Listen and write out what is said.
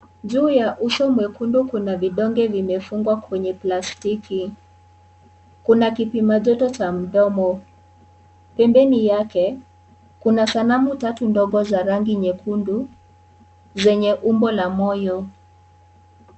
Juu ya uso mwekundu kuna vidonge vimefungwa kwenye plastiki, kuna kipima joto cha mdomo, pembeni yake kuna sanamu tatu ndogo za rangi nyekundu zenye umbo la moyo.